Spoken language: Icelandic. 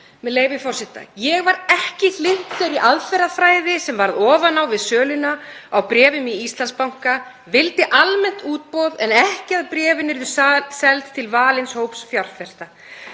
„Ég var ekki hlynnt þeirri aðferðafræði sem varð ofan á við söluna á bréfum í Íslandsbanka, vildi almennt útboð en ekki að bréfin yrðu seld til valins hóps fjárfesta.“